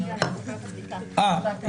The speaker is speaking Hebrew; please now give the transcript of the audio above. תודה.